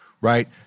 right